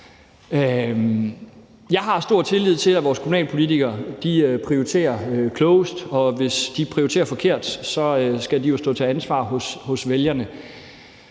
Jeg har stor tillid til, at vores kommunalpolitikere prioriterer klogest, og hvis de prioriterer forkert, skal de jo stå til ansvar hos vælgerne.